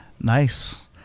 Nice